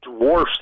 dwarfs